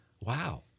wow